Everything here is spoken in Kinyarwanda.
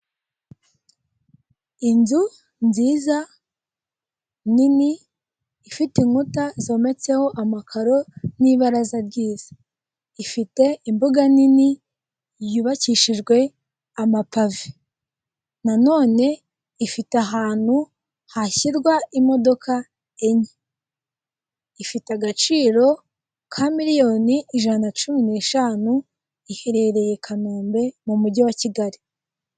Inzu nziza nini ifite inkuta zometseho amakaro, n'ibaraza ry'iza, ifite imbuga nini yubakishijwe amapave nanone ifite ahantu hashyirwa imodoka enye ifite, agaciro ka miriyoni ijana na cumi n'eshanu, iherereye i Kanombe mu mujyi wa Kigali.